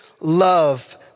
love